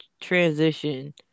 transition